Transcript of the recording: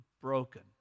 broken